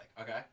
okay